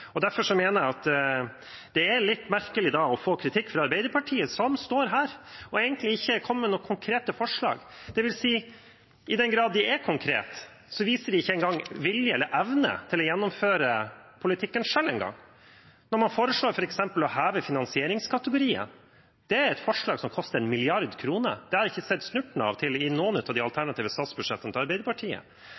lærerløftet. Derfor er det litt merkelig å få kritikk fra Arbeiderpartiet, som står her og egentlig ikke har kommet med noen konkrete forslag, dvs. i den grad de er konkrete, viser de ikke vilje eller evne til å gjennomføre politikken selv engang, f.eks. når man foreslår å heve finansieringskategorien. Det er et forslag som koster 1 mrd. kr. Det har jeg ikke sett snurten av i noen av de alternative statsbudsjettene fra Arbeiderpartiet. Og når det kommer til